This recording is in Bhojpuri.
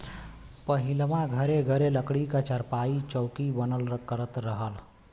पहिलवां घरे घरे लकड़ी क चारपाई, चौकी बनल करत रहल